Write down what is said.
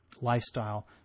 lifestyle